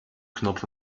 knopf